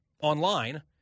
online